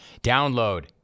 Download